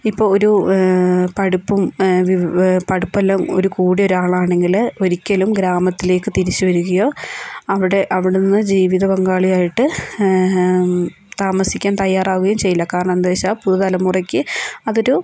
ഇപ്പം ഒരു പഠിപ്പും പഠിപ്പല്ല ഒരു കൂടെ ഒരാളാണെങ്കില് ഒരിക്കലും ഗ്രാമത്തിലേക്ക് തിരിച്ചു വരികയോ അവിടെ അവിടുന്ന് ജീവിത പങ്കാളിയായിട്ട് താമസിക്കാൻ തയ്യാറാവുകയും ചെയ്യില്ല കാരണം എന്തെന്നുവെച്ചാൽ പുതുതലമുറയ്ക്ക് അതൊരു